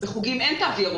בחוגים אין תו ירוק.